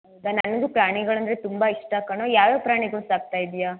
ಹೌದ ನನಗು ಪ್ರಾಣಿಗಳೆಂದ್ರೆ ತುಂಬ ಇಷ್ಟ ಕಣೋ ಯಾವ್ಯಾವ ಪ್ರಾಣಿಗಳು ಸಾಕ್ತಾ ಇದ್ದಿಯಾ